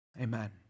Amen